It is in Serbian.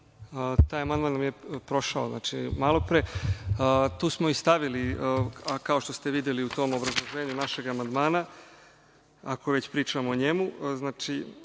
Taj amandman nam je prošao malopre. Tu smo i stavili, kao što ste videli u tom obrazloženju našeg amandmana, ako već pričamo o njemu,